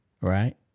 right